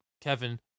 Kevin